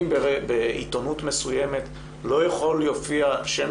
אם בעיתונות מסוימת לא יכול להופיע שם